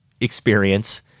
experience